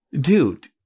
Dude